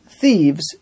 thieves